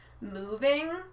moving